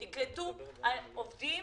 תקלטו עובדים